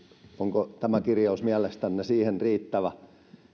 onko tämä kirjaus mielestänne siihen riittävä